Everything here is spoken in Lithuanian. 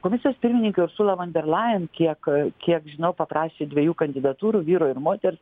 komisijos pirmininkė ursula van der lain kiek kiek žinau paprašė dviejų kandidatūrų vyro ir moters